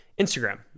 instagram